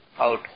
out